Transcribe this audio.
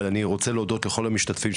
אבל אני רוצה להודות לכל המשתתפים.